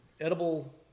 edible